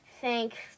Thanks